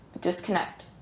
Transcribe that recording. disconnect